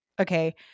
Okay